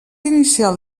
inicial